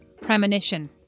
premonition